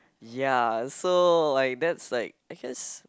ya so like that's like I guess